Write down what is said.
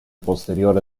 posteriore